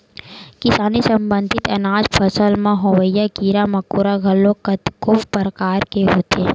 किसानी संबंधित अनाज फसल म होवइया कीरा मकोरा घलोक कतको परकार के होथे